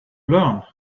learn